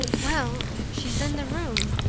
well, she's in the room,